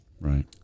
right